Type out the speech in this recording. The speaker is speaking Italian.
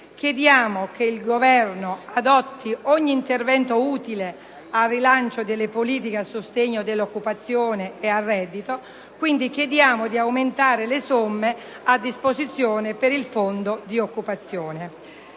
quindi che il Governo adotti ogni intervento utile al rilancio delle politiche a sostegno dell'occupazione e al reddito e quindi chiediamo di aumentare le somme a disposizione per il Fondo per l'occupazione.